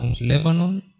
Lebanon